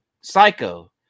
Psycho